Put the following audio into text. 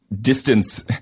distance